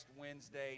Wednesday